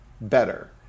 better